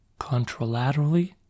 contralaterally